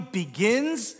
begins